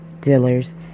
Dealer's